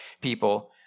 people